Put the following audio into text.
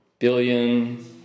Billion